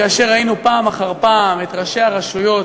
כאשר ראינו פעם אחר פעם את ראשי הרשויות,